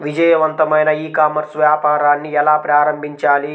విజయవంతమైన e commerce వ్యాపారాన్ని ఎలా ప్రారంభించాలి?